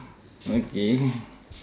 okay